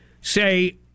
say